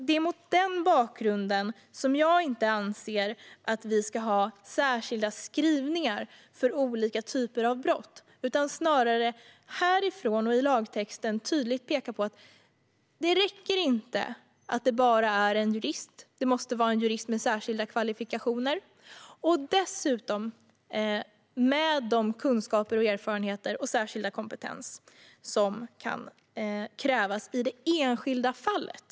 Det är mot denna bakgrund som jag inte anser att vi ska ha särskilda skrivningar för olika typer av brott. Vi ska snarare härifrån riksdagen och i lagtexten tydligt peka på att det inte räcker att det är en jurist, utan det måste vara en jurist med särskilda kvalifikationer. Dessutom ska denna jurist ha de kunskaper och erfarenheter och den särskilda kompetens som kan krävas i det enskilda fallet.